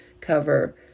cover